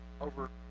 over